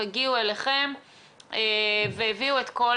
הגיעו אליכם והביאו את כל